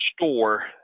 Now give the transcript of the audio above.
store